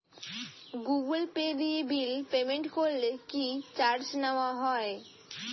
Google Pay দিয়ে bill payment করলে কি চার্জ নেওয়া হয়?